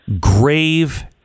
grave